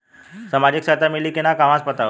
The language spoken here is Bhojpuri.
सामाजिक सहायता मिली कि ना कहवा से पता होयी?